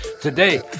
Today